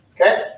Okay